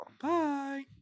Bye